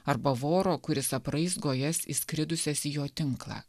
arba voro kuris apraizgo jas įskridusias į jo tinklą